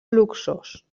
luxós